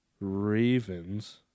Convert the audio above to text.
Ravens